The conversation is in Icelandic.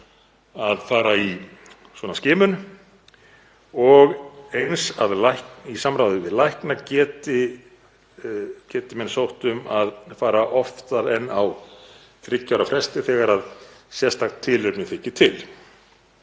að fara í svona skimun og eins að í samráði við lækna geti menn sótt um að fara oftar en á þriggja ára fresti þegar sérstakt tilefni þykir til.